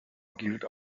gilt